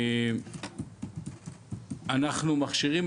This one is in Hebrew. אנחנו מכשירים,